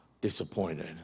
disappointed